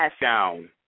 down